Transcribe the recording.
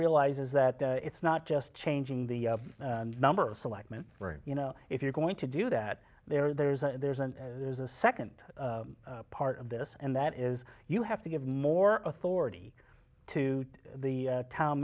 realize is that it's not just changing the numbers selectman you know if you're going to do that there there's a there's a there's a second part of this and that is you have to give more authority to the town